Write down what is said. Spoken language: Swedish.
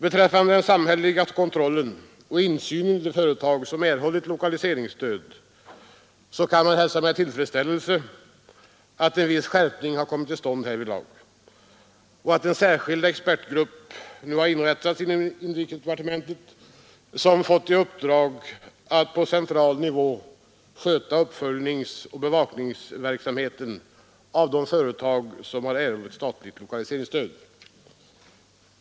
Beträffande den samhälleliga kontrollen och insynen i de företag som har erhållit lokaliseringsstöd kan man hälsa med tillfredsställelse att en viss skärpning kommit till stånd härvidlag och att en särskild expertgrupp har inrättats inom inrikesdepartementet som fått i uppdrag att på central nivå följa upp och bevaka verksamheten i de företag som erhållit statligt lokaliseringsstöd.